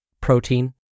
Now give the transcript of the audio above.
protein